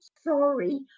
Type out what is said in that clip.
sorry